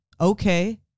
Okay